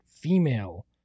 female